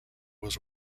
was